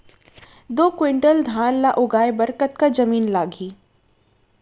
दो क्विंटल धान ला उगाए बर कतका जमीन लागही?